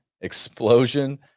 explosion